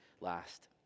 last